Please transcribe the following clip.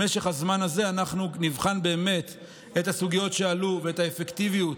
במשך הזמן הזה אנחנו נבחן באמת את הסוגיות שעלו ואת האפקטיביות,